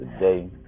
Today